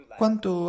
quanto